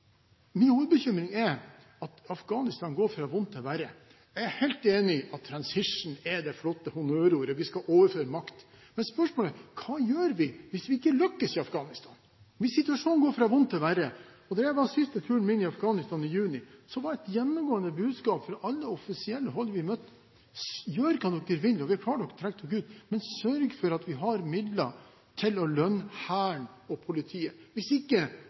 Min hovedbekymring er at Afghanistan går fra vondt til verre. Jeg er helt enig i at transisjon er det flotte honnørordet; vi skal overføre makt. Men spørsmålet er: Hva gjør vi hvis vi ikke lykkes i Afghanistan – hvis situasjonen går fra vondt til verre? Da jeg var på den siste turen min i Afghanistan i juni, var et gjennomgående budskap fra alle offisielle hold: Gjør hva dere vil, og vi er klare når dere trekker dere ut, men sørg for at vi har midler til å lønne hæren og politiet. Hvis ikke